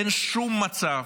אין שום מצב,